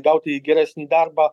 gauti geresnį darbą